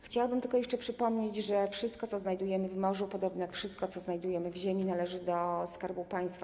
Chciałabym tylko jeszcze przypomnieć, że wszystko, co znajdujemy w morzu, podobnie jak wszystko, co znajdujemy w ziemi, należy do Skarbu Państwa.